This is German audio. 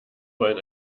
wollen